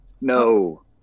no